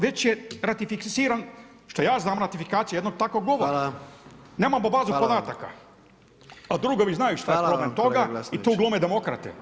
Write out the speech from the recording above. Već je ratificiran što ja znam ratifikacija jednog takvog ugovora [[Upadica predsjednik: Hvala.]] Nemamo bazu podataka, a drugovi znaju šta pored toga i tu glume demokrate.